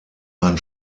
ein